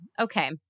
Okay